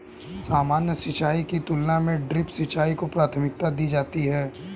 सामान्य सिंचाई की तुलना में ड्रिप सिंचाई को प्राथमिकता दी जाती है